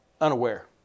unaware